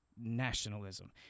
nationalism